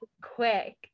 quick